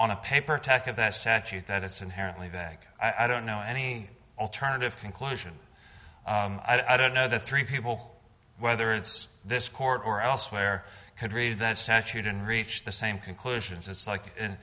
on a paper tech of that statute that it's inherently think i don't know any alternative conclusion i don't know the three people whether it's this court or elsewhere could read that statute and reach the same conclusions it's like